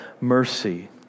Mercy